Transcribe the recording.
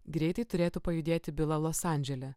greitai turėtų pajudėti byla los andžele